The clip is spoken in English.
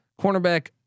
Cornerback